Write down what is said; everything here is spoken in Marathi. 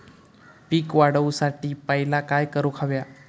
पीक वाढवुसाठी पहिला काय करूक हव्या?